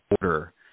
order